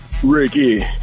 Ricky